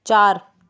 चार